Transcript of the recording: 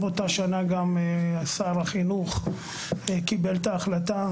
באותה שנה ש5ר החינוך קיבל את ההחלטה